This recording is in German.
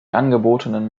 angebotenen